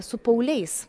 su pauliais